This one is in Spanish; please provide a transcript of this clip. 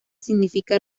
significa